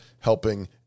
helping